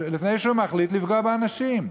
לפני שהוא מחליט לפגוע באנשים.